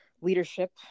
leadership